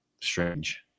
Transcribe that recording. strange